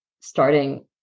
starting